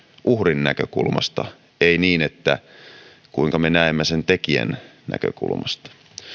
uhrin näkökulmasta ei niin kuinka me näemme sen tekijän näkökulmasta